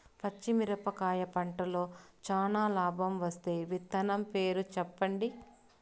పచ్చిమిరపకాయ పంటలో చానా లాభం వచ్చే విత్తనం పేరు చెప్పండి?